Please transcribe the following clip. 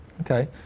Okay